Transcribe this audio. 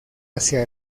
hacia